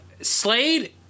Slade